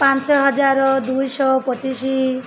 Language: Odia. ପାଞ୍ଚ ହଜାର ଦୁଇ ଶହ ପଚିଶି